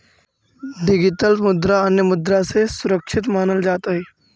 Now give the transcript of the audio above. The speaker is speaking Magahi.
डिगितल मुद्रा अन्य मुद्रा से सुरक्षित मानल जात हई